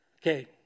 Okay